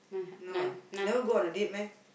no ah never go on a date meh